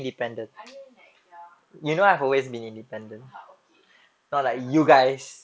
I mean like ya (uh huh) okay